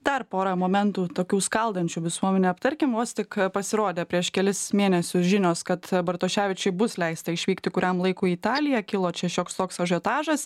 dar pora momentų tokių skaldančių visuomenę aptarkim vos tik pasirodė prieš kelis mėnesius žinios kad bartoševičiui bus leista išvykti kuriam laikui į italiją kilo čia šioks toks ažiotažas